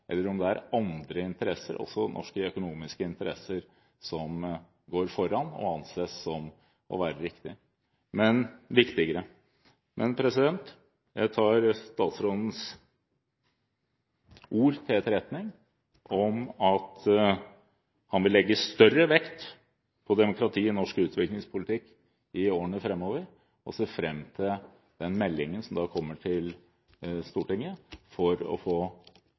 anses å være viktigere. Men jeg tar statsrådens ord om at han vil legge større vekt på demokrati i norsk utviklingspolitikk i årene framover til etterretning, og ser fram til den meldingen som kommer til Stortinget for å få